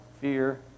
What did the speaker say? fear